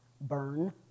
burn